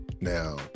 Now